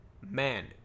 Man